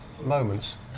moments